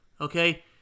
Okay